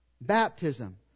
Baptism